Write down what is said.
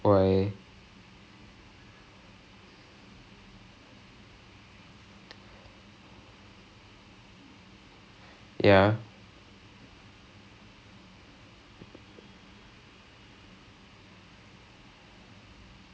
when did you guys do when it I'd I don't understand I don't get why our country where we produce so many doctors and everything right அதே அந்த:athe antha sports medicine அந்த:antha field மட்டும்:mattum is this rabak I do not understand so bad